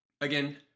again